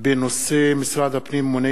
בעקבות דיון מהיר בנושא: משרד הפנים מונע